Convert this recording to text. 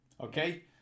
Okay